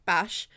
Bash